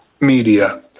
media